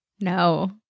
No